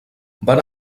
van